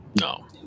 No